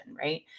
right